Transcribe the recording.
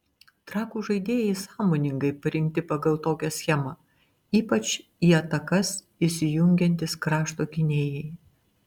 trakų žaidėjai sąmoningai parinkti pagal tokią schemą ypač į atakas įsijungiantys krašto gynėjai